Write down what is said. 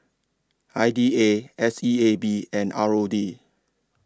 I D A S E A B and R O D